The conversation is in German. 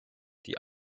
die